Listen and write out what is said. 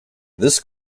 this